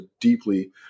deeply